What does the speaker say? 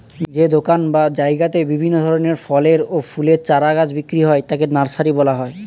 যে দোকান বা জায়গাতে বিভিন্ন ধরনের ফলের ও ফুলের চারা গাছ বিক্রি হয় তাকে নার্সারি বলা হয়